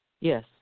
Yes